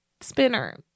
spinner